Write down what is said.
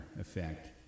effect